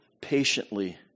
patiently